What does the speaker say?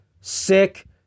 sick